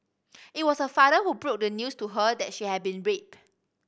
it was her father who broke the news to her that she had been raped